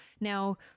Now